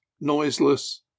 noiseless